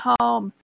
home